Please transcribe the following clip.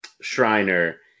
Shriner